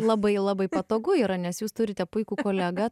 labai labai patogu yra nes jūs turite puikų kolegą